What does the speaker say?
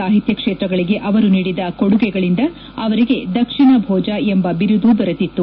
ಸಾಹಿತ್ಯ ಕ್ಷೇತ್ರಗಳಿಗೆ ಅವರು ನೀಡಿದ ಕೊಡುಗೆಗಳಿಂದ ಅವರಿಗೆ ದಕ್ಷಿಣ ಭೋಜಾ ಎಂಬ ಬಿರುದು ದೊರೆತಿತ್ತು